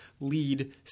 lead